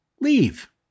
Leave